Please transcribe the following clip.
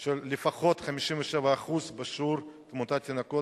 של לפחות 57% בשיעור תמותת תינוקות.